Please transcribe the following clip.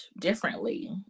differently